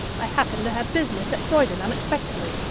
i happened to have business at croydon unexpectedly,